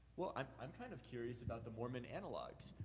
well, i'm i'm kind of curious about the mormon analogs.